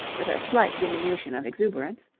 with a slight diminution of exuberance.